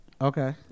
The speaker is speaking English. Okay